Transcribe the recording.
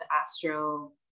astro